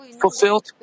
fulfilled